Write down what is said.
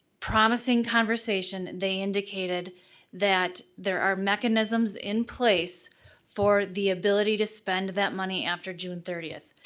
promising conversation, they indicated that there are mechanisms in place for the ability to spend that money after june thirtieth.